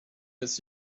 its